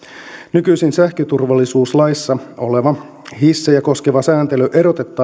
nykyisin sähköturvallisuuslaissa oleva hissejä koskeva sääntely erotettaisiin omaksi